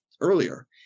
earlier